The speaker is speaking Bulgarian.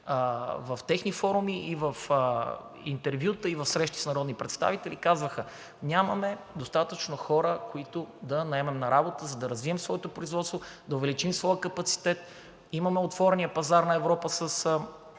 на техни форуми, в интервюта и в срещи с народни представители казваха: нямаме достатъчно хора, които да наемем на работа, за да развием своето производство и да увеличим своя капацитет. Имахме отворения пазар на Европа с